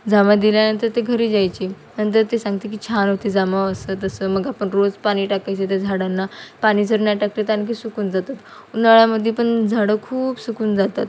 जाम दिल्यानंतर ते घरी जायचे नंतर ते सांगते की छान होते जाम असं तसं मग आपण रोज पाणी टाकायचं त्या झाडांना पाणी जर नाही टाकते ते आणखी सुकून जातात उन्हाळ्यामधे पण झाडं खूप सुकून जातात